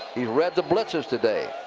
he's read the blitzes today.